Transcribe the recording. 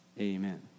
Amen